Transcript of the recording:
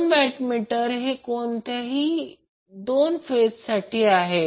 2 wattmeter हे कोणत्याही दोन फेजसाठी आहे